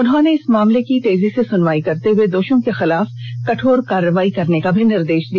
उन्होने इस मामले की तेजी से सुनवाई करते हुए दोषियों के खिलाफ कठोर कार्रवाई करने का भी निर्देष दिया